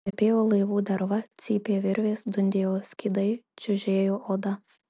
kvepėjo laivų derva cypė virvės dundėjo skydai čiužėjo oda